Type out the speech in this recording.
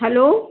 hello